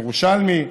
ירושלמי,